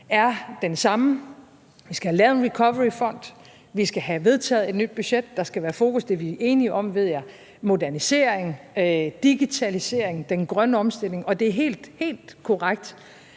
er den samme; vi skal have lavet en recoveryfond, vi skal have vedtaget et nyt budget, og der skal være fokus på – det ved jeg vi er enige om – modernisering, digitalisering, den grønne omstilling. Og det er helt, helt korrekt,